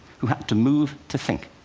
who had to move to think.